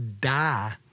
die